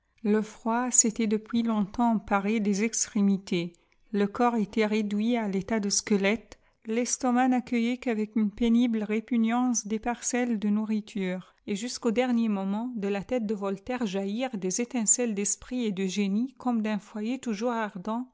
le froid s'était depuis longtemps emparé des extrémités le corps était réduit à tétat de squelette l'estomac n'accueillait qu avec one pénible répugnance des parcelles de nourriture et jusqu'au dernier moment de la tète de voltaire jaillirent des étincelles d'esprit et de génie ccmime d'un foyer toujours ardent